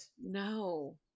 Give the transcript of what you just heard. no